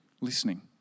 listening